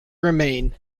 remain